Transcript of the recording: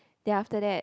then after that